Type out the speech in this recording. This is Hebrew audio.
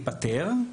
ייפתר,